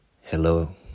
hello